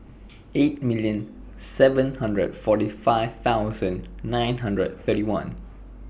eight million seven hundred forty five thousand nine hundred thirty one